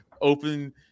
open